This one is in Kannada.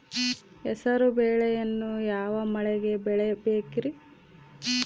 ಹೆಸರುಬೇಳೆಯನ್ನು ಯಾವ ಮಳೆಗೆ ಬೆಳಿಬೇಕ್ರಿ?